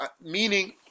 meaning